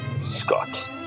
Scott